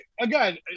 again